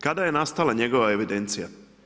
Kada je nastala njegova evidencija?